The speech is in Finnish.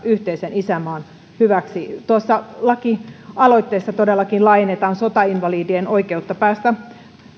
yhteisen isänmaan hyväksi tuossa lakialoitteessa todellakin laajennetaan sotainvalidien oikeutta päästä